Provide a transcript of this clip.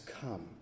come